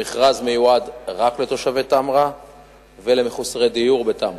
המכרז מיועד רק לתושבי תמרה ולמחוסרי דיור בתמרה.